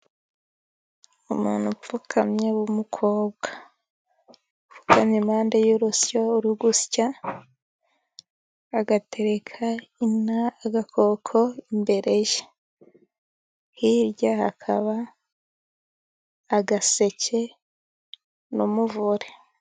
Umuntu upfukamye w'umukobwa, upfukamye impande y'urusyo uri gusya agatereka agakoko imbere ye, hirya hakaba agaseke n'umuvure.